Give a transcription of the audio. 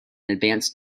advanced